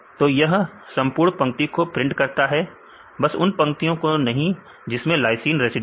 तो यह संपूर्ण पंक्ति को प्रिंट करता है बस उन पंक्तियों को नहीं जिसमें लाइसीन रेसिड्यू है